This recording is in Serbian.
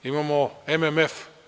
Imamo MMF.